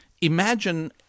Imagine